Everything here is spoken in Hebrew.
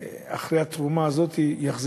וכן מספר המטופלים שאחרי התרומה הזאת יחזרו